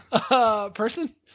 Person